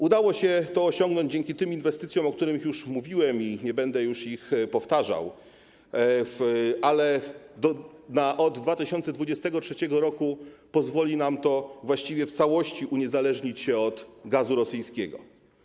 Udało się to osiągnąć dzięki inwestycjom, o których już mówiłem - nie będę tego już powtarzał - ale od 2023 r. pozwoli nam to właściwie w całości uniezależnić się od gazu rosyjskiego.